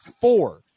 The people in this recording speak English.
four